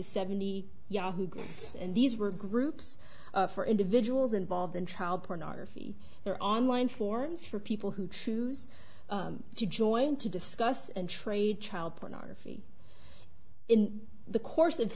seventy yahoo and these were groups for individuals involved in child pornography or online forums for people who choose to join to discuss and trade child pornography in the course of